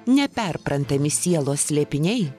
neperprantami sielos slėpiniai